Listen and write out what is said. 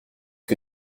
que